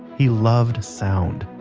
he loved sound.